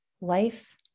life